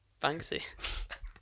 Banksy